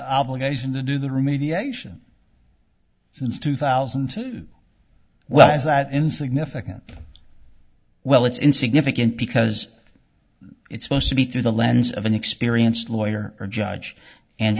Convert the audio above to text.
obligation to do the remediation since two thousand well is that in significant well it's insignificant because it's supposed to be through the lens of an experienced lawyer or judge and